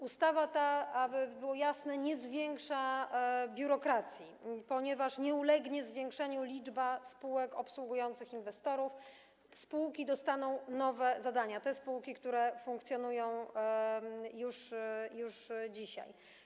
Ustawa ta, aby było jasne, nie zwiększa biurokracji, ponieważ nie ulegnie zwiększeniu liczba spółek obsługujących inwestorów, spółki dostaną nowe zadania - te spółki, które funkcjonują już dzisiaj.